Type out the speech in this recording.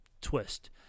twist